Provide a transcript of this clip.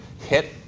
hit